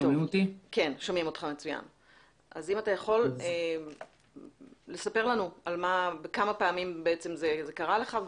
אם אתה יכול לספר לנו כמה פעמים זה קרה לך,